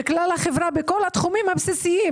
לכלל החברה בכל התחומים הבסיסיים